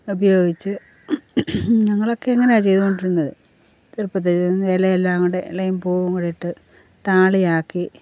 ഉപയോഗിച്ച് ഞങ്ങളൊക്കെ ഇങ്ങനെയാണ് ചെയ്തുകൊണ്ടിരുന്നത് ചെറുപ്പത്തിൽ ഇലയെല്ലാംകൂടെ ഇലയും പൂവും കൂടെയിട്ട് താളിയാക്കി